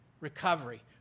recovery